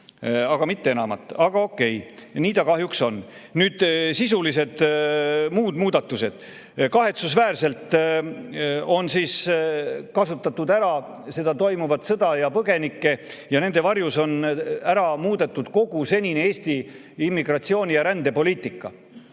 aga mitte enamat. Aga okei, nii ta kahjuks on. Nüüd, sisulised muud muudatused. Kahetsusväärselt on kasutatud ära seda toimuvat sõda ja põgenikke ja nende varjus on ära muudetud kogu senine Eesti immigratsiooni- ja rändepoliitika.